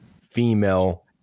female